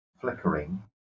flickering